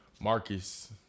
Marcus